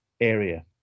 area